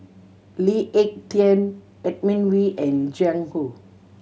Lee Ek Tieng Edmund Wee and Jiang Hu